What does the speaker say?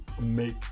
make